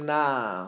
now